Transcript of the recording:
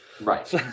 right